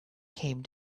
came